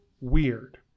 weird